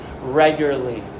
regularly